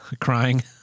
Crying